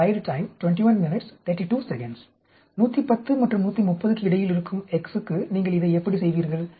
110 மற்றும் 130 க்கு இடையில் இருக்கும் x க்கு நீங்கள் இதை எப்படி செய்வீர்கள்